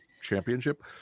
championship